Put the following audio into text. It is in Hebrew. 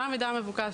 מה המידע המבוקש,